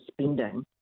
spending